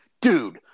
dude